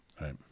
Right